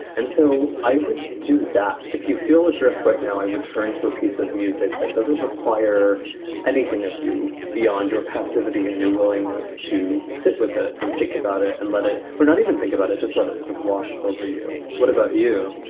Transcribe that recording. and so i would do that. if you feel adrift right now, i would turn to a piece of music that doesn't require anything of you beyond your passivity and your willingness to sit with it and think about it and let it or not even think about it. just let it sort of wash over you. what about you?